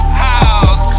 house